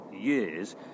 years